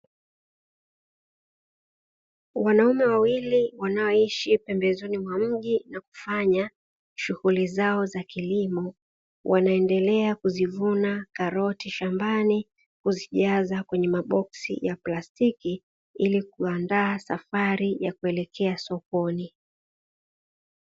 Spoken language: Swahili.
Wanaume wawili wanaoishi pembezoni mwa mji na kufanya shughuli zao za kilimo, wanaendelea kuzivuna karoti shambani kuzijaza kwenye maboksi ya plastiki, ili kuandaa safari ya kuelekea sokoni.